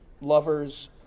lovers